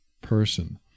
person